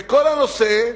וכל הנושא,